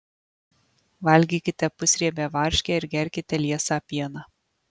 valgykite pusriebę varškę ir gerkite liesą pieną